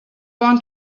want